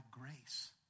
grace